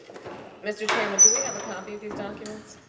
mr. chairman, do we have a copy of these documents?